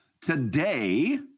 Today